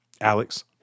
Alex